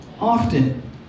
often